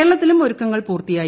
കേരളത്തിലും ഒരുക്കങ്ങൾ പൂർത്തിയായി